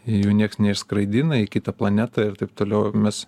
jų nieks neskraidina į kitą planetą ir taip toliau ir mes